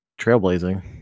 trailblazing